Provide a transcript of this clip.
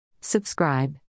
Subscribe